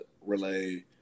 relay –